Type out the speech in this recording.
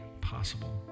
possible